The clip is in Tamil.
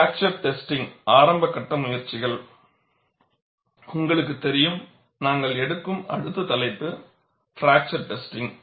பிராக்சர் டெஸ்டிங் ஆரம்ப கட்ட முயற்சிகள் உங்களுக்கு தெரியும் நாங்கள் எடுக்கும் அடுத்த தலைப்பு பிராக்சர் டெஸ்டிங்